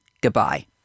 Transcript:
Goodbye